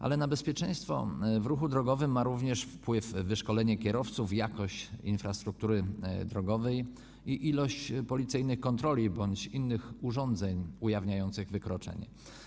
Ale na bezpieczeństwo w ruchu drogowym ma również wpływ wyszkolenie kierowców, jakość infrastruktury drogowej i ilość policyjnych kontroli bądź innych urządzeń ujawniających wykroczenia.